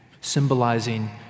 symbolizing